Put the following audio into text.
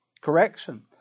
Correction